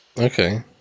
Okay